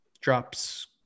drops